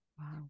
Wow